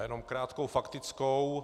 Jenom krátkou faktickou.